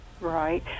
Right